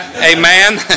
Amen